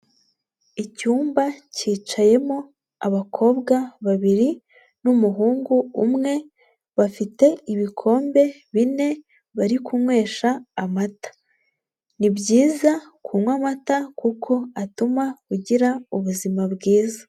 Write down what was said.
Icyumba cyicayemo abakobwa babiri n'umuhungu umwe, bafite ibikombe bine bari kunywesha amata. Ni byiza kunywa amata kuko atuma ugira ubuzima bwiza.